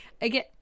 again